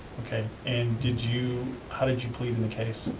okay, and did you, how did you plead in the case?